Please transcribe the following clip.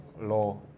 Law